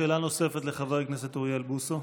שאלה נוספת לחבר הכנסת אוריאל בוסו,